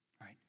right